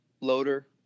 loader